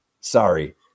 sorry